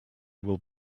will